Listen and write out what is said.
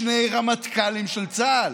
שני רמטכ"לים של צה"ל